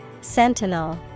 Sentinel